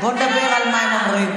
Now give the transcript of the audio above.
בואו נדבר על מה הם אומרים.